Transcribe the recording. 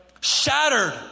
Shattered